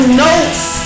notes